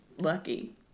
lucky